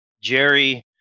jerry